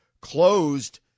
closed